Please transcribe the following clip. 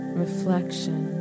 reflection